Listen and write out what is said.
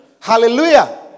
Hallelujah